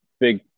big